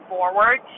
Forward